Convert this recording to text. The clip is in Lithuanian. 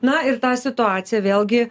na ir tą situaciją vėlgi